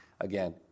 Again